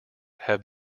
have